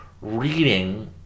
reading